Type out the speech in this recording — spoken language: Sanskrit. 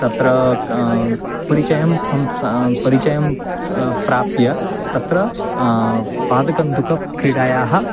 तत्र क परिचयं सं स परिचयं स् प्राप्य तत्र पादकन्दुकक्रिडायाः